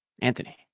Anthony